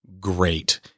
great